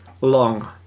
Long